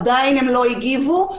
עדיין הם לא הגיבו,